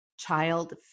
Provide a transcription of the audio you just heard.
child